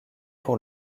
pour